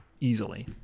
easily